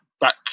back